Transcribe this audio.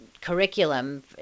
curriculum